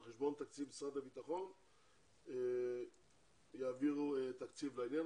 על חשבון תקציב משרד הביטחון יעבירו תקציב לעניין